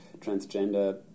transgender